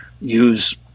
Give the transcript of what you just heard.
use